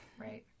right